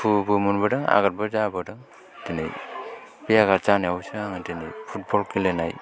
दुखुबो मोनबोदों आघातबो जाबोदों दिनै बे आघात जानायावसो आङो आं दिनै फुटबल गेलेनाय